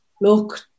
look